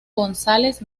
gonzález